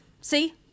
see